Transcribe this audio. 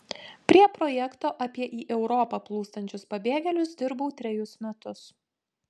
prie projekto apie į europą plūstančius pabėgėlius dirbau trejus metus